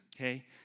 Okay